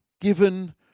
given